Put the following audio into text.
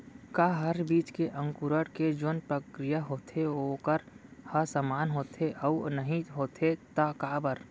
का हर बीज के अंकुरण के जोन प्रक्रिया होथे वोकर ह समान होथे, अऊ नहीं होथे ता काबर?